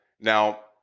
Now